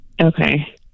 Okay